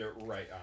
right